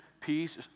peace